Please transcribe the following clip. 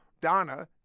Donna